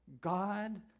God